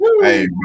Hey